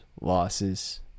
losses